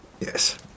Yes